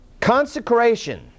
Consecration